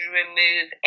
remove